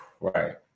right